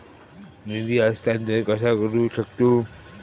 निधी हस्तांतर कसा करू शकतू?